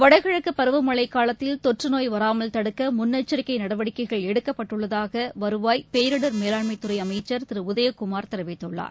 வடகிழக்குபருவமழைகாலத்தில் தொற்றுநோய் வராமல் தடுக்கமுன்னெச்சரிக்கைநடவடிக்கைகள் எடுக்கப்பட்டுள்ளதாகவருவாய் பேரிடர் மேலாண்மைதுறைஅமைச்சர் திருஉதயகுமார் தெரிவித்துள்ளார்